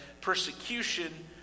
persecution